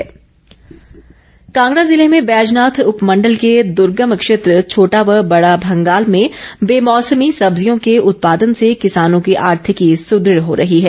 सब्जी उत्पादन कांगड़ा जिले में बैजनाथ उपमंडल के द्र्गम क्षेत्र छोटा व बड़ा भंगाल में बेमौसमी सब्जियों के उत्पादन से किसानों की आर्थिकी सदद हो रही है